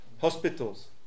hospitals